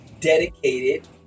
dedicated